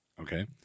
okay